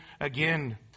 again